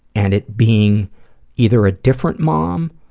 and it being either a different mom,